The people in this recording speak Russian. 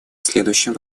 следующим